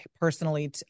personally